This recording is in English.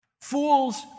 Fools